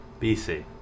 BC